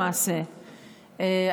למעשה,